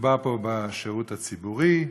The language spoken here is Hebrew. ומדובר פה בשירות הציבורי.